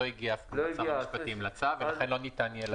לא הגיע אישור משר המשפטים לצו ולכן לא ניתן יהיה לדון בו.